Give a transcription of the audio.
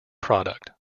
product